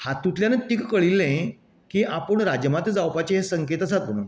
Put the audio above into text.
हातूंतल्यानच तिका कळिल्ले की आपूण राजमाता जावपाची हे संकेत आसात म्हणून